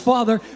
Father